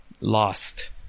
lost